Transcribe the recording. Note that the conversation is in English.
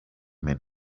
made